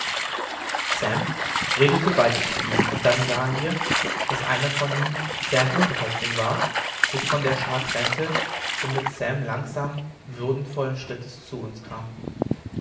sam redete weiter zu ihnen und dann sahen wir daß einer von ihnen der ein unterhäuptling war sich von der schar trennte und mit sam langsamen würdevollen schrittes zu uns kam